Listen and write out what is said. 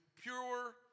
pure